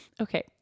okay